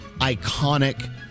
iconic